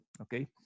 okay